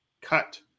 cut